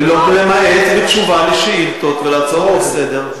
למעט בתשובה על שאילתות ועל הצעות לסדר-היום.